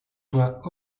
soient